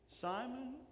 Simon